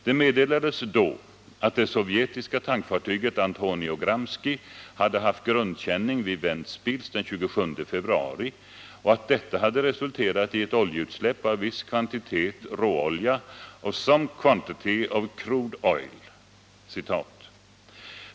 Det meddelades då att det sovjetiska tankfartyget Antonio Gramsci hade haft grundkänning vid Ventspils den 27 februari och att detta hade resulterat i ett oljeutsläpp av viss kvantitet råolja .